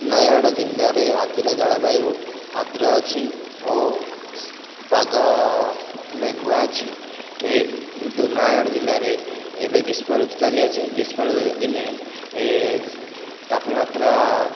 ନୟାଗଡ଼ ଜିଲ୍ଲାରେ ଆଜିର ଜଳବାୟୁ ଆଦ୍ର ଅଛି ଓ ପାଗ ମେଘୁଆ ଅଛି କିନ୍ତୁ ନୟାଗଡ଼ ଜିଲ୍ଲାରେ ଏବେ ଗ୍ରୀଷ୍ମଋତୁ ଚାଲିଅଛି ଗ୍ରୀଷ୍ମଦିନେ ତାପମାତ୍ରା